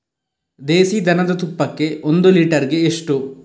ದೇಸಿ ದನದ ತುಪ್ಪಕ್ಕೆ ಒಂದು ಲೀಟರ್ಗೆ ಎಷ್ಟು?